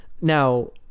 Now